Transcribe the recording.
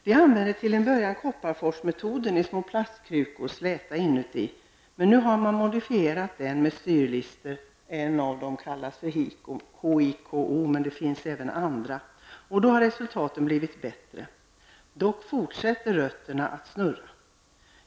SCA använde till en början Kopparforsmetoden i små plastkrukor som var släta inuti. Men nu har krukan modifierats med styrlister, s.k. HIKO. Resultaten har då blivit bättre. Dock fortsätter rötterna att ''snurra''.